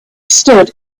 stood